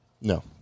No